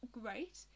great